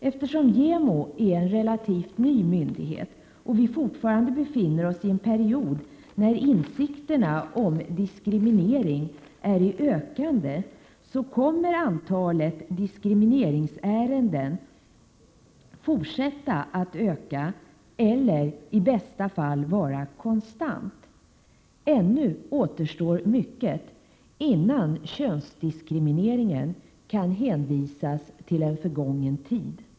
Eftersom JämO är en relativt ny myndighet och vi fortfarande befinner oss i en period när insikterna om diskriminering är i ökande, kommer antalet diskrimineringsärenden att fortsätta att öka eller i bästa fall vara konstant. Ännu återstår mycket innan könsdiskrimineringen kan hänvisas till en förgången tid.